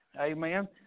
Amen